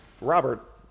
Robert